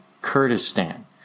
Kurdistan